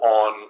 on